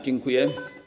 Dziękuję.